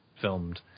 filmed